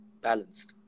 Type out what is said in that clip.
balanced